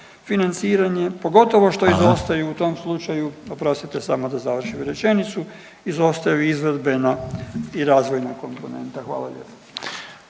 financiranje pogotovo što izostaju u tom slučaju …/Upadica: Hvala./… oprostite samo da završim rečenicu, izostaju izvedbena i razvojna komponenta. Hvala lijepo.